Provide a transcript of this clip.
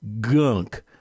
gunk